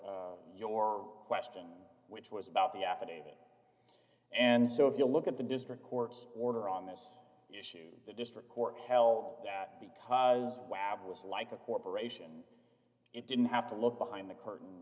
your question which was about the affidavit and so if you look at the district court's order on this issue the district court held that because it was like a corporation it didn't have to look behind the curtain